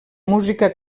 música